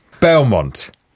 Belmont